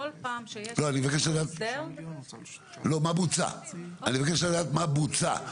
כול פעם שיש הסדר -- אני מבקש לדעת מה בוצע,